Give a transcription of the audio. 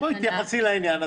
מתשאלים --- תתייחסי לעניין.